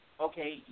okay